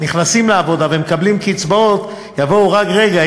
שנכנסים לעבודה ומקבלים קצבאות יבואו: רק רגע,